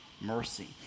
mercy